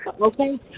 Okay